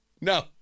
No